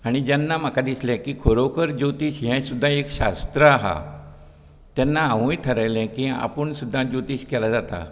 आनी जेन्ना म्हाका दिसलें की खरो खर ज्योतीश हें सुद्दां एक शास्त्र आहा तेन्ना हांवूय ठरयलें की आपूण सुद्दां ज्योतीश केल्यार जाता